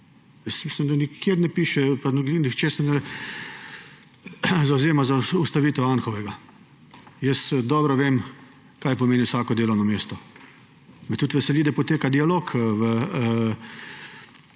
Mislim, da nikjer ne piše, pa nihče se ne zavzema za ustavitev Anhovega. Dobro vem, kaj pomeni vsako delovno mesto. Me tudi veseli, da poteka dialog v